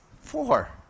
four